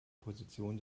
position